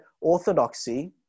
orthodoxy